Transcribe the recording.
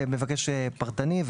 למבקש פרטני,